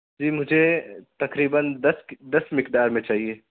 مجھے تقریباً دس دس مقدار میں چاہیے